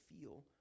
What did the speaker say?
feel